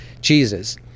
Jesus